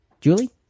Julie